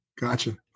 Gotcha